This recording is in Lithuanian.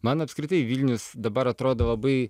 man apskritai vilnius dabar atrodo labai